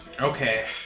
Okay